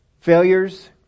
failures